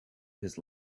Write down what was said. his